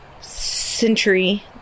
Century